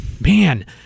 man